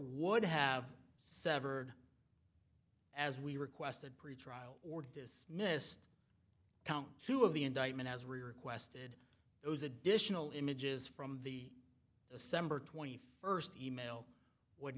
would have severed as we requested pretrial or dismiss count two of the indictment as requested those additional images from the december twenty first e mail would